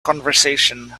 conversation